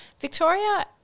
Victoria